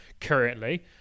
currently